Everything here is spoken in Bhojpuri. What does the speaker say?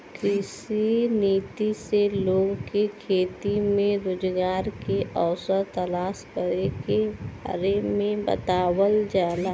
कृषि नीति से लोग के खेती में रोजगार के अवसर तलाश करे के बारे में बतावल जाला